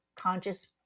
conscious